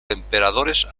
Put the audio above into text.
emperadores